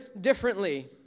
differently